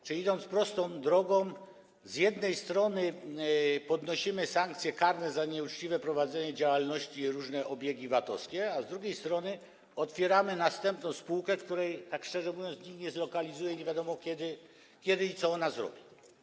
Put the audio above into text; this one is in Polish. A zatem, idąc prostą drogą, z jednej strony podwyższamy sankcje karne za nieuczciwe prowadzenie działalności i różne obiegi VAT-owskie, a z drugiej strony otwieramy następną spółkę, której, szczerze mówiąc, nikt nie zlokalizuje, i nie wiadomo, kiedy i co ona zrobi.